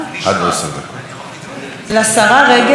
לשרה רגב יש בעיה.